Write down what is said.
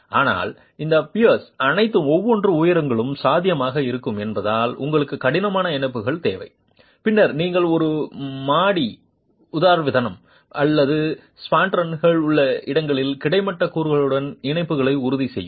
ஆனால் இந்த பியர்ஸ் அனைத்தும் வெவ்வேறு உயரங்களுக்கு சாத்தியமாக இருக்கும் என்பதால் உங்களுக்கு கடினமான இணைப்புகள் தேவை பின்னர் நீங்கள் ஒரு மாடி உதரவிதானம் அல்லது ஸ்பாண்ட்ரல் உள்ள இடங்களில் கிடைமட்ட கூறுகளுடன் இணைப்புகளை உறுதி செய்யும்